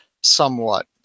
somewhat